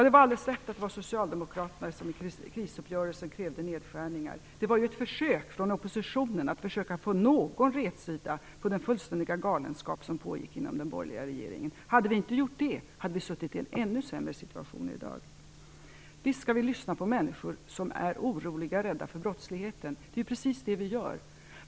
Det är alldeles rätt att det var Socialdemokraterna som i krisuppgörelsen krävde nedskärningar. Det var ju ett försök från oppositionen att försöka får någon rätsida på den fullständiga galenskap som pågick inom den borgerliga regeringen. Hade vi inte gjort det, hade vi haft en ännu sämre situation i dag. Visst skall vi lyssna på människor som oroliga och rädda för brottsligheten. Det är ju precis det vi gör.